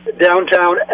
downtown